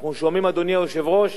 ואנחנו שומעים, אדוני היושב-ראש,